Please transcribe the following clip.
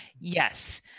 Yes